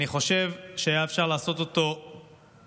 אני חושב שאפשר היה לעשות אותו הרבה